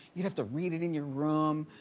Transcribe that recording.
you'd have to read it in your room.